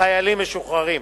לחיילים משוחררים.